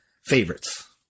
favorites